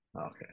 Okay